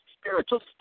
spiritual